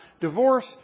divorce